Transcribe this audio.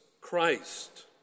Christ